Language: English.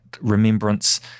remembrance